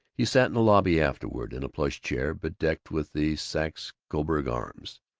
he sat in the lobby afterward, in a plush chair bedecked with the saxe-coburg arms,